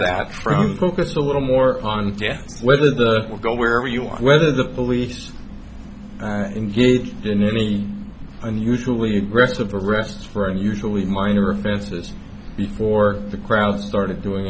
that from focus a little more on whether the will go where you are whether the police engaged in any unusually aggressive arrests for unusually minor offenses before the crowd started doing